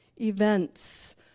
events